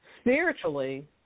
Spiritually